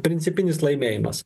principinis laimėjimas